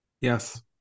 Yes